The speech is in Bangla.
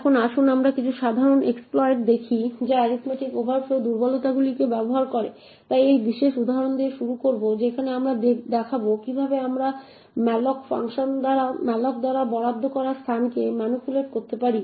এখন আসুন আমরা কিছু সাধারণ এক্সপ্লয়েট দেখি যা এরিথমেটিক ওভারফ্লো দুর্বলতাগুলিকে ব্যবহার করে তাই এই বিশেষ উদাহরণ দিয়ে শুরু করব যেখানে আমরা দেখাব কিভাবে আমরা malloc দ্বারা বরাদ্দ করা স্থানকে ম্যানিপুলেট করতে পারি